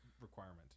requirement